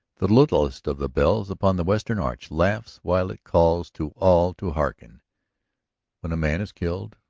the littlest of the bells upon the western arch laughs while it calls to all to hearken when a man is killed,